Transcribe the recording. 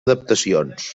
adaptacions